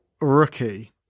rookie